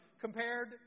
compared